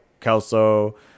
Kelso